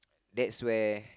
that's way